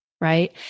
right